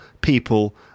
people